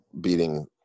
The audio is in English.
beating